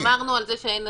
התמרמרנו על זה שאין נשים.